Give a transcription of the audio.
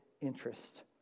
interest